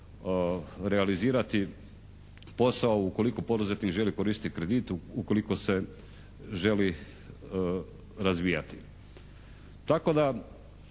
realizirati posao ukoliko poduzetnik želi koristiti kredit, ukoliko se želi razvijati,